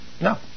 no